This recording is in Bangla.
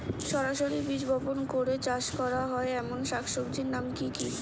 সরাসরি বীজ বপন করে চাষ করা হয় এমন শাকসবজির নাম কি কী?